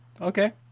okay